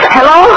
Hello